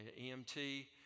EMT